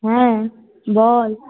হ্যাঁ বল